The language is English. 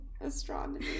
astronomy